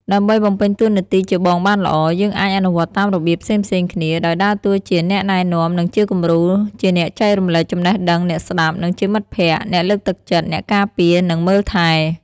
ដើម្បីបំពេញតួនាទីជាបងបានល្អ យើងអាចអនុវត្តតាមរបៀបផ្សេងៗគ្នា ដោយដើរតួជា អ្នកណែនាំ និងជាគំរូ ជាអ្នកចែករំលែកចំណេះដឹង អ្នកស្តាប់ និងជាមិត្តភក្តិ អ្នកលើកទឹកចិត្ត អ្នកការពារ និងមើលថែ។